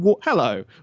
Hello